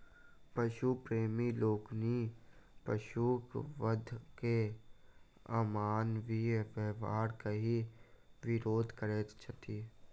पशु प्रेमी लोकनि पशुक वध के अमानवीय व्यवहार कहि विरोध करैत छथि